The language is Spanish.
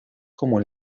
como